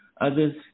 others